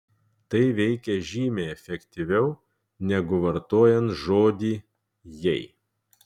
tai veikia žymiai efektyviau negu vartojant žodį jei